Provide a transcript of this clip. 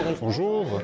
Bonjour